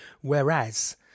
Whereas